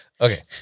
Okay